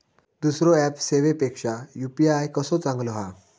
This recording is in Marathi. दुसरो ऍप सेवेपेक्षा यू.पी.आय कसो चांगलो हा?